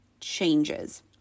changes